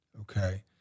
Okay